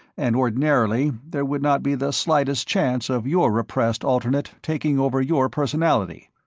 and ordinarily there would not be the slightest chance of your repressed alternate taking over your personality.